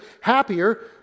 happier